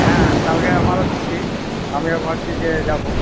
হ্যাঁ হ্যাঁ কালকে আমারও ছুটি আমিও ভাবছি যে যাবো